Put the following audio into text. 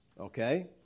okay